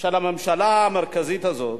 המרכזי של הממשלה הזאת,